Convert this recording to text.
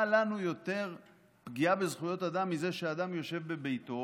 מה לנו יותר פגיעה בזכויות אדם מזה שאדם יושב בביתו,